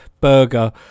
burger